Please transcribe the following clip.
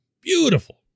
beautiful